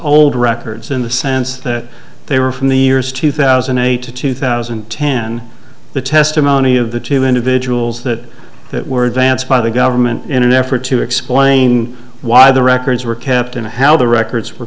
old records in the sense that they were from the years two thousand and eight to two thousand and ten the testimony of the two individuals that were advanced by the government in an effort to explain why the records were kept and how the records were